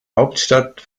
hauptstadt